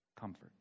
comfort